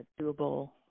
doable